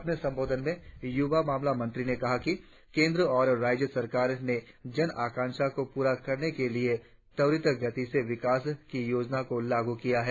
अपने संबोधन में युवा मामला मंत्री ने कहा कि केंद्र और राज्य सरकार में जन आकांक्षाओं को पूरा करने के लिए त्वरित गति से विकास की योजनाओं को लागू किया है